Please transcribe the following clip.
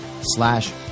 slash